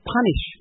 punish